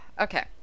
Okay